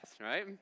Right